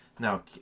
Now